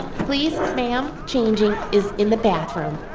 please, ma'am, changing is in the bathroom.